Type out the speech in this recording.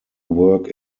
work